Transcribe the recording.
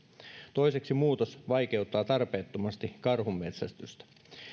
toiseksi muutos vaikeuttaa tarpeettomasti karhunmetsästystä